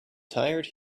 tired